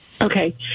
Okay